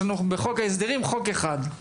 יש לנו בחוק ההסדרים חוק אחד.